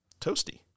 Toasty